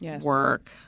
work